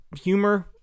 humor